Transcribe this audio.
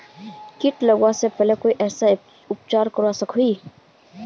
किट लगवा से पहले कोई उपचार करवा सकोहो ही?